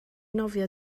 nofio